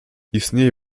istnieje